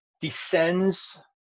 descends